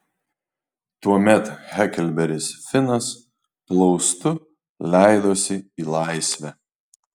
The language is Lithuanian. tuomet heklberis finas plaustu leidosi į laisvę